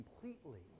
completely